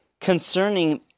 concerning